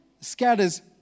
scatters